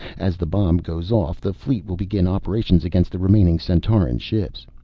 as the bomb goes off the fleet will begin operations against the remaining centauran ships.